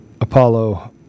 Apollo